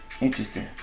interesting